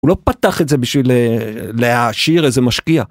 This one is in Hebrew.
הוא לא פתח את זה בשביל להשאיר איזה משקיע.